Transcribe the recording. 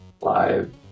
Live